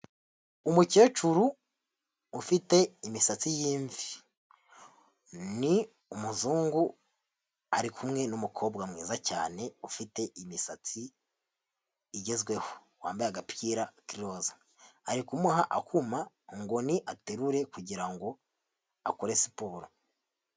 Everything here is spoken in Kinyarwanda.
Umukecuru ufite imisatsi y'immvi ni umuzungu ari kumwe n'umukobwa mwiza cyane ufite imisatsi igezweho wambaye agapira k'iroza ari kumuha akuma ngo aterure kugirango akore siporo.